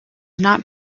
not